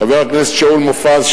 חבר הכנסת שאול מופז,